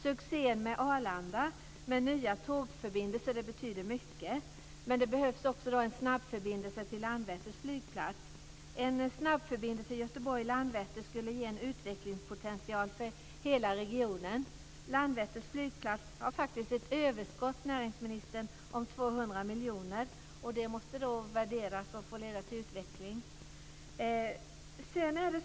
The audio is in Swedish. Succén med Arlanda med nya tågförbindelser betyder mycket, men det behövs också en snabbförbindelse till Landvetters flygplats. En snabbförbindelse Göteborg-Landvetter skulle ge en utvecklingspotential för hela regionen. Landvetters flygplats har faktiskt ett överskott, näringsministern, på 200 miljoner. Det måste värderas och få leda till utveckling.